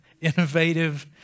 innovative